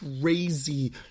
crazy